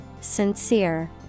sincere